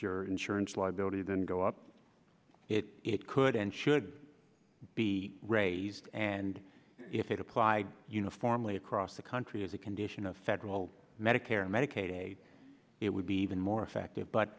your insurance liability then go up it could and should be raised and if it apply uniformly across the country as a condition of federal medicare medicaid it would be even more effective